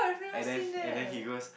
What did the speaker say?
and then and then he goes